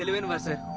i mean mustn't